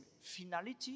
finality